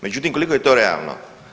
Međutim, koliko je to realno?